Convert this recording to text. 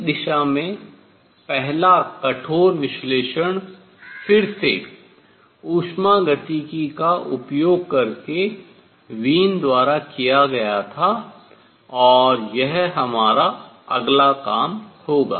इस दिशा में पहला कठोर विश्लेषण फिर से उष्मागतिकी का उपयोग करके वीन द्वारा किया गया था और यह हमारा अगला काम होगा